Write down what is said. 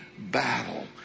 battle